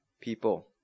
people